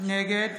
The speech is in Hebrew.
נגד